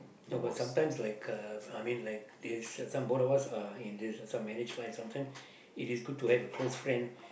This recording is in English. no sometimes like a I mean this some both of us uh in this some marriage life sometimes it is good to have a close friend